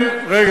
למה,